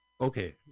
Okay